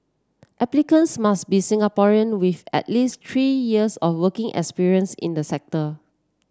applicants must be Singaporean with at least three years of working experience in the sector